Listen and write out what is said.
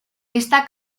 esta